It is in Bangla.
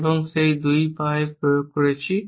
এবং সেই 2 পাই প্রয়োগ করছি